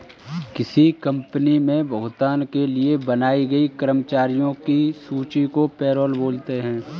किसी कंपनी मे भुगतान के लिए बनाई गई कर्मचारियों की सूची को पैरोल बोलते हैं